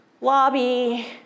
lobby